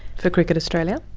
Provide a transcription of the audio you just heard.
for cricket australia?